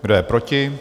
Kdo je proti?